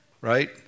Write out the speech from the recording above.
right